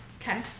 Okay